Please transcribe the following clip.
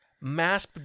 mass